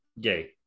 gay